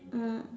mm